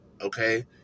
okay